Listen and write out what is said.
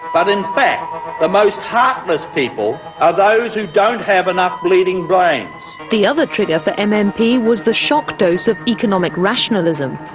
but in fact the most heartless people are those who don't have enough bleeding brains. the other trigger for and um mmp was the shock dose of economic rationalism,